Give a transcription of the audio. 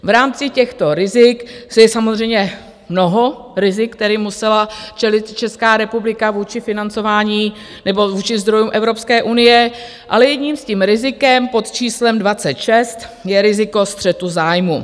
V rámci těchto rizik, je samozřejmě mnoho rizik, kterým musela čelit Česká republika vůči financování nebo vůči zdrojům Evropské unie, ale jedním rizikem pod číslem 26 je riziko střetu zájmů.